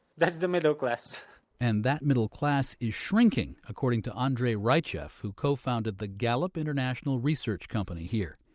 that's the middle class and that middle class is shrinking, according to andrei raichev, who co-founded the gallup international research company here.